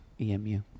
EMU